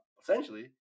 essentially